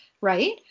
Right